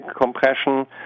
compression